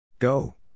Go